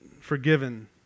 Forgiven